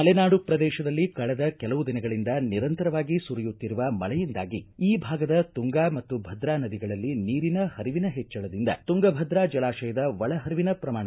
ಮಲೆನಾಡು ಪ್ರದೇಶದಲ್ಲಿ ಕಳೆದ ಕೆಲವು ದಿನಗಳಿಂದ ನಿರಂತರವಾಗಿ ಸುರಿಯುತ್ತಿರುವ ಮಳೆಯಿಂದಾಗಿ ಈ ಭಾಗದ ತುಂಗಾ ಮತ್ತು ಭದ್ರಾ ನದಿಗಳಲ್ಲಿ ನೀರಿನ ಹರಿವಿನ ಹೆಚ್ಚಳದಿಂದ ತುಂಗಭದ್ರಾ ಜಲಾಶಯದ ಒಳ ಪರಿವಿನ ಪ್ರಮಾಣದಲ್ಲೂ ಏರಿಕೆಯಾಗಿದೆ